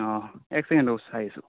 অঁ এক ছেকেণ্ড ৰ'ব চাই আছোঁ